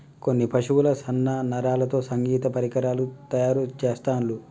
కొన్ని పశువుల సన్న నరాలతో సంగీత పరికరాలు తయారు చెస్తాండ్లు